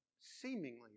seemingly